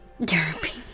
derpy